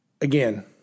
again